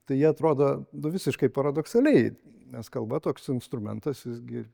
tai jie atrodo nu visiškai paradoksaliai nes kalba toks instrumentas visgi